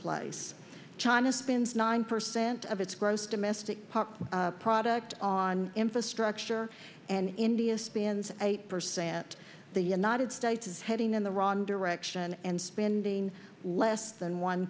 place china spends nine percent of its gross domestic product on infrastructure and india spends eight percent the united states is heading in the wrong direction and spending less than one